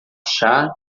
chá